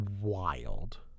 wild